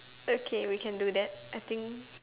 okay we can do that I think